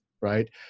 right